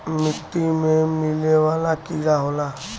मिट्टी में मिले वाला कीड़ा होला